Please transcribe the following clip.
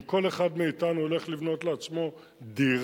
אם כל אחד מאתנו הולך לבנות לעצמו דירה,